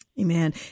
Amen